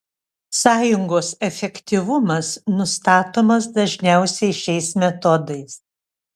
sąjungos efektyvumas nustatomas dažniausiai šiais metodais